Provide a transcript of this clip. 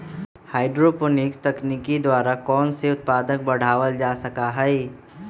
hydroponics तकनीक द्वारा कौन चीज के उत्पादन बढ़ावल जा सका हई